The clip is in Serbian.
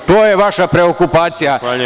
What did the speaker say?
To je vaša preokupacija.